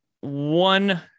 one